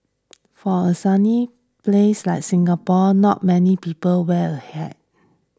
for a sunny place like Singapore not many people wear a hat